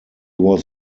was